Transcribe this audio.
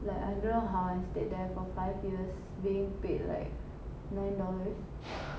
like I don't know how I stayed there for five years being paid like nine dollars